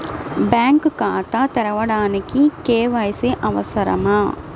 Bank ఖాతా తెరవడానికి KYC అవసరమా?